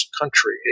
country